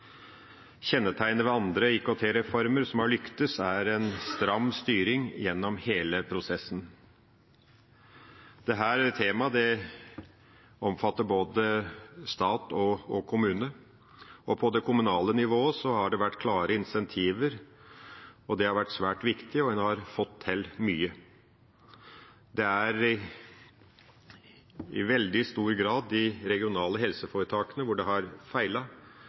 Kjennetegnet ved andre IKT-reformer som har lyktes, er en stram styring gjennom hele prosessen. Dette tema omfatter både stat og kommune. På det kommunale nivået har det vært klare incentiver, det har vært svært viktig, og en har fått til mye. Det er i veldig stor grad i de regionale helseforetakene det har